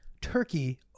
Turkey